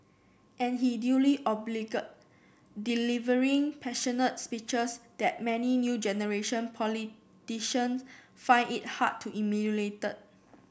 and he duly obliged delivering passionate speeches that many new generation politician find it hard to emulat